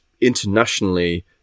internationally